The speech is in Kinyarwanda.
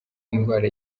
indwara